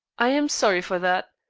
i am sorry for that.